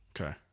Okay